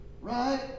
Right